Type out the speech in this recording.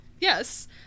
Yes